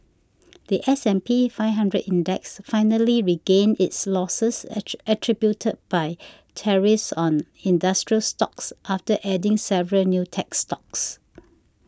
the S and P Five Hundred Index finally regained its losses attributed by tariffs on industrial stocks after adding several new tech stocks